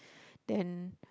then